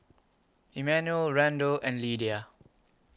Emmanuel Randell and Lydia